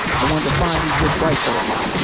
i wanted to find these rich white folks.